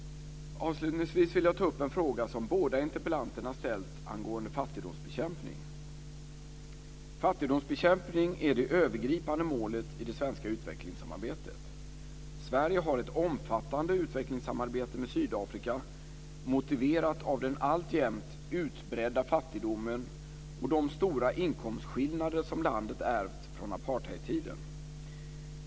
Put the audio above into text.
Avslutningsvis vill jag ta upp en fråga som båda interpellanterna ställt angående fattigdomsbekämpning. Fattigdomsbekämpning är det övergripande målet i det svenska utvecklingssamarbetet. Sverige har ett omfattande utvecklingssamarbete med Sydafrika, motiverat av den alltjämt utbredda fattigdomen och de stora inkomstskillnader som landet ärvt från apartheidtiden.